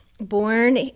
born